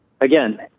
again